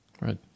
Right